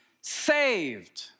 saved